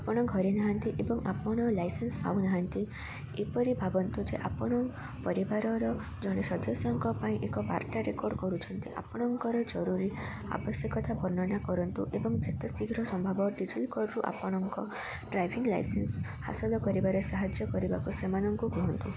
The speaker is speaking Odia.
ଆପଣ ଘରେ ନାହାନ୍ତି ଏବଂ ଆପଣ ଲାଇସେନ୍ସ ପାଉନାହାନ୍ତି ଏପରି ଭାବନ୍ତୁ ଯେ ଆପଣ ପରିବାରର ଜଣେ ସଦସ୍ୟଙ୍କ ପାଇଁ ଏକ ବାର୍ତ୍ତା ରେକର୍ଡ଼ କରୁଛନ୍ତି ଆପଣଙ୍କର ଜରୁରୀ ଆବଶ୍ୟକତା ବର୍ଣ୍ଣନା କରନ୍ତୁ ଏବଂ ଯେତେ ଶୀଘ୍ର ସମ୍ଭାବ ଡିଜିଲକର୍ରୁ ଆପଣଙ୍କ ଡ୍ରାଇଭିଙ୍ଗ ଲାଇସେନ୍ସ ହାସଲ କରିବାରେ ସାହାଯ୍ୟ କରିବାକୁ ସେମାନଙ୍କୁ କୁହନ୍ତୁ